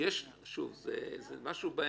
זה משהו באמצע.